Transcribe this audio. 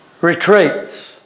retreats